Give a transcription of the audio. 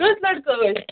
کٔژ لٔڑکہٕ أسۍ